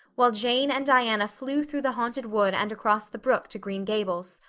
while jane and diana flew through the haunted wood and across the brook to green gables.